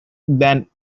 than